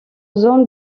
zone